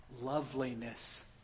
loveliness